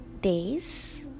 days